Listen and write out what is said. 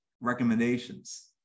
recommendations